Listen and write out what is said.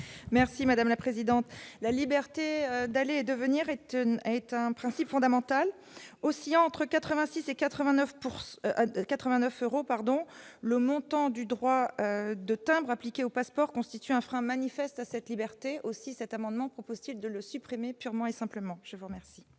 Merci madame la présidente, la liberté d'aller et de venir être est un principe fondamental aussi entre 86 et 89 pourcent de 89 euros, pardon, le montant du droit de timbre appliquée au passeport constitue un frein manifestent à cette liberté aussi cet amendement propose de le supprimer purement et simplement je vous remercie.